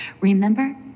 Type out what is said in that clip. remember